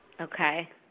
Okay